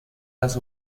las